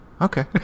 Okay